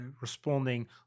responding